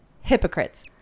hypocrites